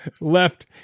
left